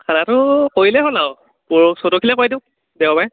খানাটো কৰিলেই হ'ল আৰু পৰ চতখিলে কৰাই দিও দেওবাৰে